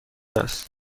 است